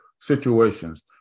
situations